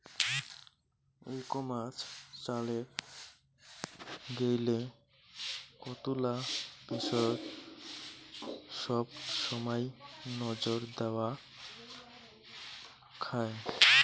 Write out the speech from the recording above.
ই commerce চালের গেইলে কতুলা বিষয়ত সবসমাই নজর দ্যাওয়া খায়